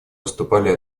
выступали